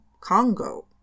Congo